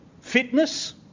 Fitness